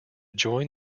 join